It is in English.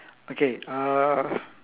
okay uh